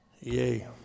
Yay